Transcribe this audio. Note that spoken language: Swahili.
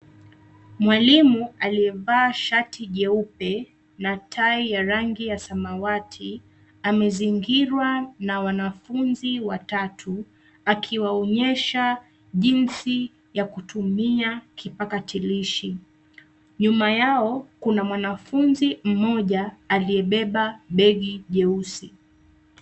Mwalimu aliyevaa shati jeupe na tai ya rangi ya samawati amezingirwa na wanafunzi watatu akiwaonyesha jinsi ya kutumia kipakatilishi. Nyuma yao kuna mwanafunzi mmoja aliyebeba begi jeusi.